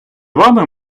вами